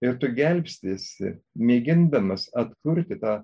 ir tu gelbstiesi mėgindamas atkurti tą